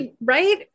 right